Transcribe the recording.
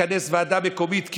לכנס ועדה מקומית,